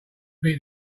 beat